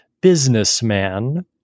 businessman